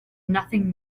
nothing